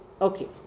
okay